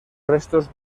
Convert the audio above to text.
restos